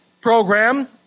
program